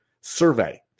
survey